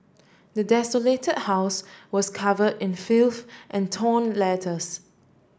the desolate house was cover in filth and torn letters